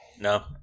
No